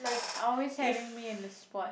always having me in the spot